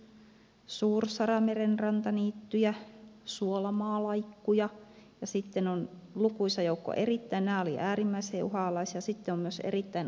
on suursaramerenrantaniittyjä suolamaalaikkuja nämä olivat äärimmäisen uhanalaisia ja sitten on lukuisa joukko erittäin uhanalaisia äärimmäisen juha alaisesti ja myös erittäin